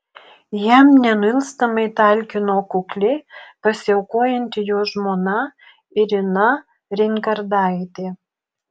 jam nenuilstamai talkino kukli pasiaukojanti jo žmona irina reingardaitė